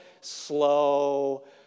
slow